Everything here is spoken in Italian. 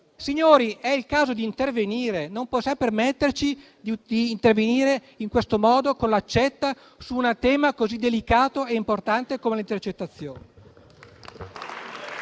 Signori, è il caso di intervenire. Non possiamo permetterci di intervenire con l'accetta su un tema così delicato e importante come le intercettazioni.